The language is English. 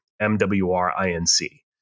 M-W-R-I-N-C